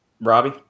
Robbie